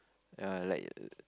err like